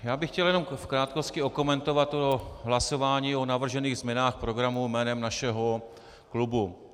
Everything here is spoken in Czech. Já bych chtěl jenom v krátkosti okomentovat to hlasování o navržených změnách programu jménem našeho klubu.